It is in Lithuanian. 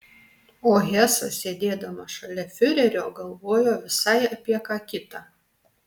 o hesas sėdėdamas šalia fiurerio galvojo visai apie ką kitą